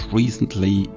recently